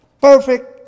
Perfect